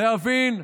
להבין,